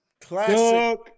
Classic